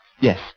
Yes